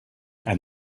and